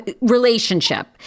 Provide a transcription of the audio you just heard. relationship